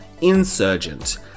Insurgent